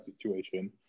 situation